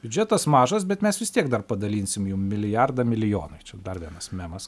biudžetas mažas bet mes vis tiek dar padalinsim jum milijardą milijonui čia dar vienas memas